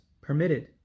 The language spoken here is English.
permitted